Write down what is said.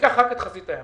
ניקח רק את חזית הים.